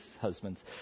husbands